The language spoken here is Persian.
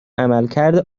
عملکرد